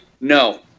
No